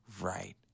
right